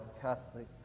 Catholic